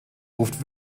ruft